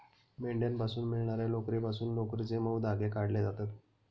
मेंढ्यांपासून मिळणार्या लोकरीपासून लोकरीचे मऊ धागे काढले जातात